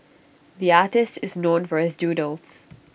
the artist is known for his doodles